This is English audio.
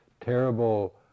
terrible